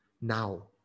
now